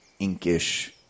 inkish